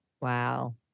Wow